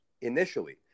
initially